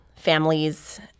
families